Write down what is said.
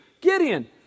Gideon